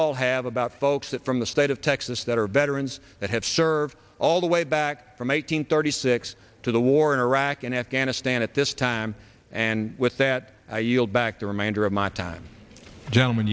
all have about folks that from the state of texas that are better and that have served all the way back from eight hundred thirty six to the war in iraq and afghanistan at this time and with that i yield back the remainder of my time gentleman